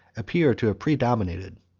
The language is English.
appear to have predominated.